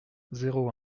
zéro